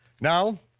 now,